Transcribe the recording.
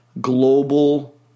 global